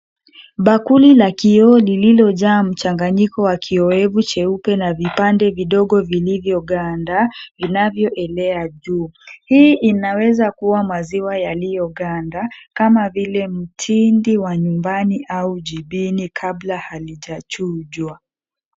Bakuli la kioo lililojaa mchanganyiko wa kioevu cheupe na vipande vidogo vilivyoganda vinavyoelea juu. Hii inaweza kuwa maziwa yaliyoganda kama vile mtindi wa nyumbani au jibini kabla halijachujwa.